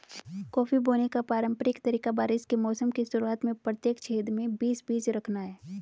coffee बोने का पारंपरिक तरीका बारिश के मौसम की शुरुआत में प्रत्येक छेद में बीस बीज रखना है